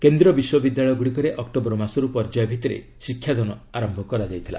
କେନ୍ଦ୍ରୀୟ ବିଦ୍ୟାଳୟଗୁଡ଼ିକରେ ଅକ୍ନୋବର ମାସରୁ ପର୍ଯ୍ୟାୟ ଭିଭିରେ ଶିକ୍ଷାଦାନ ଆରମ୍ଭ କରାଯାଇଥିଲା